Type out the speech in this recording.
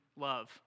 love